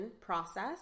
process